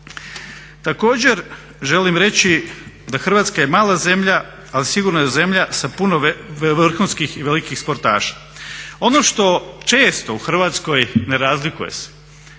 Također želim reći da Hrvatska je mala zemlja, ali sigurno je zemlja sa puno vrhunskih i velikih sportaša. Ono što često u Hrvatskoj ne razlikuje se